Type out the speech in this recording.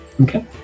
Okay